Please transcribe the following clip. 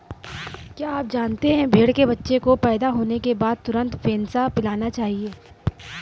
क्या आप जानते है भेड़ के बच्चे को पैदा होने के बाद तुरंत फेनसा पिलाना चाहिए?